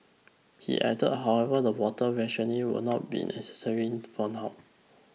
he added however that water rationing will not be necessary for now